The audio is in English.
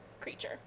creature